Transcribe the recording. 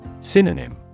Synonym